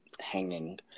hanging